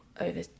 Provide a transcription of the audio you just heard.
over